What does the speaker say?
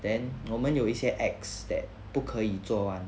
then 我们有一些 acts that 不可以做完